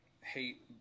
hate